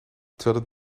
terwijl